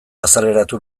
azaleratu